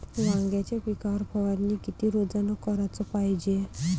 वांग्याच्या पिकावर फवारनी किती रोजानं कराच पायजे?